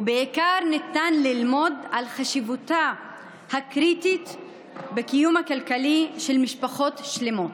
ובעיקר ניתן ללמוד על החשיבות הקריטית בקיום הכלכלי של משפחות שלמות.